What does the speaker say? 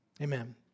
Amen